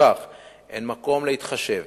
לפיכך אין מקום להתחשב